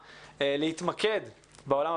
בעולם הבלתי פורמלי ובעולם ההשכלה הגבוהה,